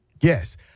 Yes